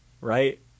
right